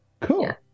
Cool